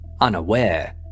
unaware